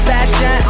Fashion